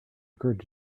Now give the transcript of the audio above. occured